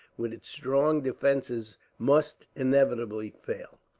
with its strong defences, must inevitably fail.